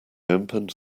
opened